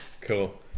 Cool